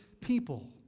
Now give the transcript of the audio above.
people